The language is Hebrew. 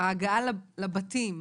ההגעה לבתים,